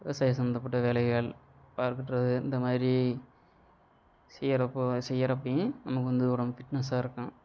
விவசாய சம்மந்தப்பட்ட வேலைகள் பார்க்கிறது இந்த மாதிரி செய்கிறப்ப செய்கிறப்பையும் நமக்கு வந்து உடம்பு ஃபிட்னஸாக இருக்கும்